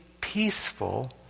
peaceful